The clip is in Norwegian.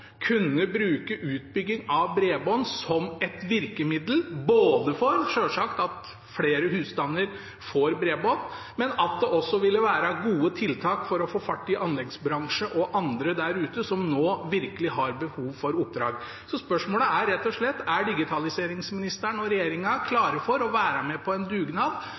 kunne bruke utbygging av bredbånd som et virkemiddel, slik at flere husstander får bredbånd, selvsagt, men at det også ville være gode tiltak for å få fart i anleggsbransjen og andre der ute som nå virkelig har behov for oppdrag? Spørsmålet er rett og slett: Er digitaliseringsministeren og regjeringen klar for å være med på en dugnad,